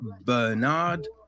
Bernard